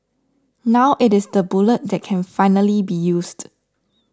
now it is the bullet that can finally be used